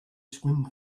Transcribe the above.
swim